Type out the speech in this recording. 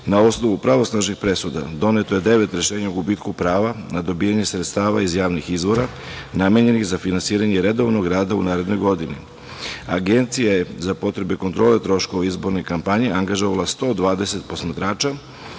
Na osnovu pravosnažnih presuda doneto je devet rešenja o gubitku prava na dobijanje sredstava iz javnih izvora namenjenih za finansiranje redovnog rada u narednoj godini. Agencija je za potrebe kontrole troškova izborne kampanje angažovala 120 posmatrača